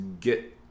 Get